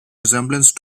resemblance